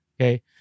okay